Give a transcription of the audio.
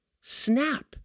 snap